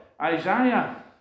Isaiah